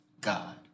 God